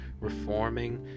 reforming